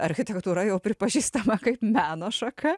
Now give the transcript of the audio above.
architektūra jau pripažįstama kaip meno šaka